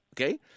Okay